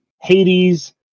Hades